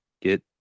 get